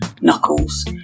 knuckles